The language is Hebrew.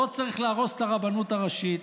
לא צריך להרוס את הרבנות הראשית,